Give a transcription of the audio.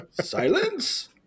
Silence